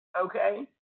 Okay